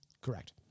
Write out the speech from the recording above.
Correct